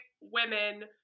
women